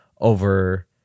over